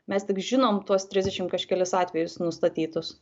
mes tik žinom tuos trisdešim kažkelis atvejus nustatytus